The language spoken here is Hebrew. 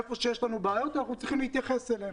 איפה שיש בעיות צריך להתייחס אליהן.